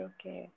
Okay